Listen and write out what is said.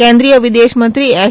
કેન્દ્રીય વિદેશમંત્રી એસ